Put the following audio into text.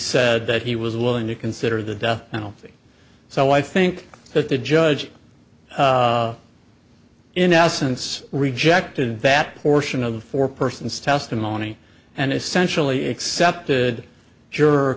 said that he was willing to consider the death penalty so i think that the judge in essence rejected that portion of the four persons testimony and essentially accepted jur